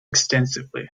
extensively